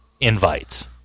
invites